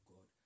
God